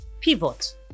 pivot